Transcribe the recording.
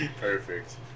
Perfect